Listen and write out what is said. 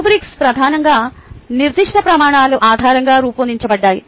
rubrics ప్రధానంగా నిర్దిష్ట ప్రమాణాల ఆధారంగా రూపొందించబడ్డాయి